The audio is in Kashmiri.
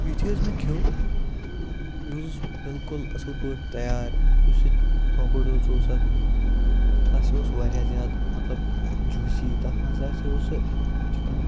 یِتھُے حٕظ مےٚ کھیٚو یہِ حٕظ اوس بِلکُل اصل پٲٹھۍ تَیار یُس یہِ کۄکُر حٕظ اوس اتھ سُہ ہَسا اوس واریاہ زیادٕ مَطلَب جوٗسی تَتھ مَنٛز ہَسا اوس سُہ چِکَن